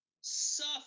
suffer